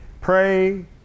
Pray